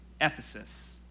Ephesus